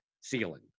ceiling